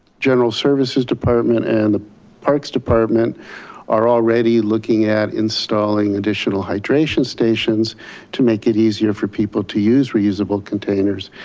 general services department and the parks department are already looking at installing additional hydration stations to make it easier for people to use reusable containers.